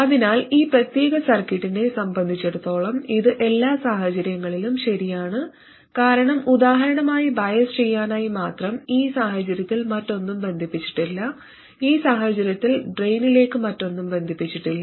അതിനാൽ ഈ പ്രത്യേക സർക്യൂട്ടിനെ സംബന്ധിച്ചിടത്തോളം ഇത് എല്ലാ സാഹചര്യങ്ങളിലും ശരിയാണ് കാരണം ഉദാഹരണമായി ബയസ് ചെയ്യാനായി മാത്രം ഈ സാഹചര്യത്തിൽ മറ്റൊന്നും ബന്ധിപ്പിച്ചിട്ടില്ല ഈ സാഹചര്യത്തിൽ ഡ്രെയിനിലേക്ക് മറ്റൊന്നും ബന്ധിപ്പിച്ചിട്ടില്ല